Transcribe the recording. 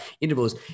intervals